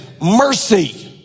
mercy